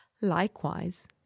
Likewise